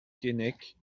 keinec